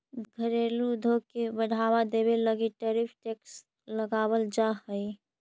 घरेलू उद्योग के बढ़ावा देवे लगी टैरिफ टैक्स लगावाल जा हई